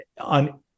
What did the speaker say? on